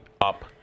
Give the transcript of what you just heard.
up